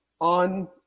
on